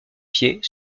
pieds